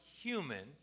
human